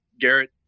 Garrett